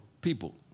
people